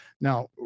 Now